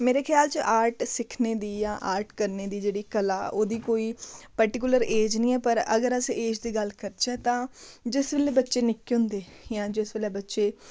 मेरे ख्याल च आर्ट सिक्खने दी जां आर्ट करने दी जेह्ड़ी कला ओह्दी कोई पर्टिकुलर ऐज नीं ऐ पर अगर अस ऐज दी गल्ल करचै तां जिस बेल्लै बच्चे निक्के होंदे जां जिस बेल्लै बच्चे